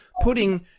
putting